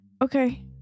Okay